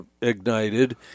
ignited